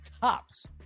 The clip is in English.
tops